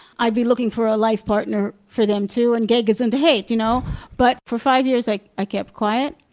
i'd be looking for a life partner for them too and gey gezunt a heit, you know but for five years like i kept quiet,